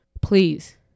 please